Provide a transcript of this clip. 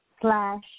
slash